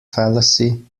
fallacy